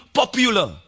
popular